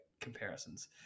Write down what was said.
comparison's